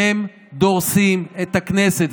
הם דורסים את הכנסת.